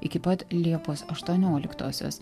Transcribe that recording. iki pat liepos aštuonioliktosios